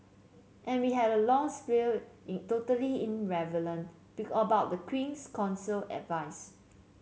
and we had a long spiel in totally irrelevant be about the Queen's Counsel advice